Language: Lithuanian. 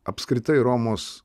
apskritai romos